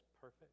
perfect